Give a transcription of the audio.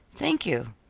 thank you,